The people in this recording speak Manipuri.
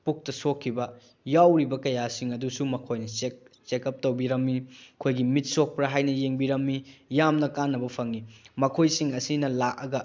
ꯄꯨꯛꯇ ꯁꯣꯛꯈꯤꯕ ꯌꯥꯎꯔꯤꯕ ꯀꯌꯥꯁꯤꯡ ꯑꯗꯨꯁꯨ ꯃꯈꯣꯏꯅ ꯆꯦꯛ ꯆꯦꯛꯑꯞ ꯇꯧꯕꯤꯔꯝꯃꯤ ꯑꯩꯈꯣꯏꯒꯤ ꯃꯤꯠ ꯁꯣꯛꯄ꯭ꯔꯥ ꯍꯥꯏꯅ ꯌꯦꯡꯕꯤꯔꯝꯃꯤ ꯌꯥꯝꯅ ꯀꯥꯟꯅꯕ ꯐꯪꯏ ꯃꯈꯣꯏꯁꯤꯡ ꯑꯁꯤꯅ ꯂꯥꯛꯑꯒ